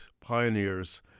pioneers